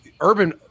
Urban